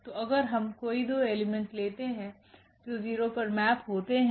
तो अगर हम कोई दो एलिमेंट लेते हैं जो 0 पर मैप होते हैं